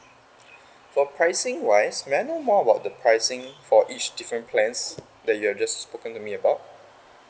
for pricing wise may I know more about the pricing for each different plans that you have just spoken to me about